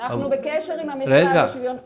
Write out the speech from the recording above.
אנחנו בקשר עם המשרד לשוויון חברתי.